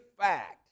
fact